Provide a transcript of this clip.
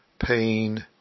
pain